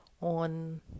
on